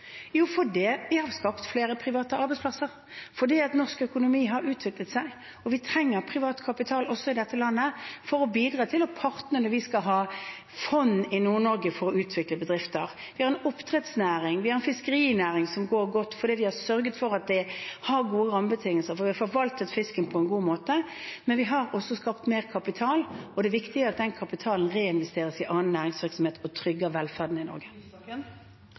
Jo, fordi vi har skapt flere private arbeidsplasser, fordi norsk økonomi har utviklet seg. Vi trenger privat kapital også i dette landet for å bidra til å være partner når vi skal ha fond i Norge for å utvikle bedrifter. Vi har en oppdrettsnæring og en fiskerinæring som går godt fordi vi har sørget for at de har gode rammebetingelser. Vi har forvaltet fisken på en god måte, men vi har også skapt mer kapital, og det er viktig at den kapitalen reinvesteres i annen næringsvirksomhet og trygger velferden i Norge.